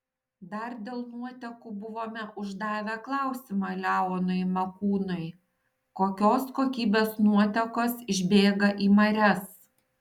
dar dėl nuotekų buvome uždavę klausimą leonui makūnui kokios kokybės nuotekos išbėga į marias